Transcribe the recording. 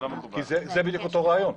זה בדיוק אותו רעיון.